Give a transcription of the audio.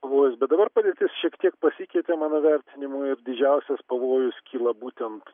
pavojus bet dabar padėtis šiek tiek pasikeitė mano vertinimu ir didžiausias pavojus kyla būtent